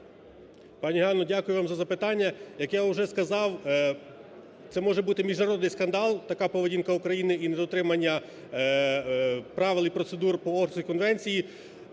Пані Ганно, дякую вам за запитання. Як я уже сказав, це може бути міжнародний скандал, така поведінка України і недотримання правил і процедур по Орхуській конвенції.